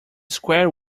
square